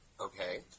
okay